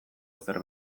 ezer